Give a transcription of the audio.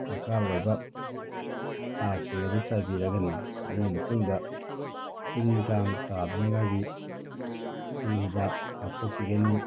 ꯗꯔꯀꯥꯔ ꯑꯣꯏꯕ ꯍꯥꯔꯁꯤꯡ ꯑꯗꯨ ꯆꯥꯏꯕꯤꯔꯒꯅꯤ ꯑꯗꯨꯒꯤ ꯃꯇꯨꯡꯗ ꯇꯤꯜ ꯀꯥꯡ ꯇꯥꯗꯅꯤꯡꯉꯥꯏꯒꯤ ꯇꯤꯜ ꯍꯤꯗꯥꯛ ꯀꯥꯞꯊꯣꯛꯄꯤꯒꯅꯤ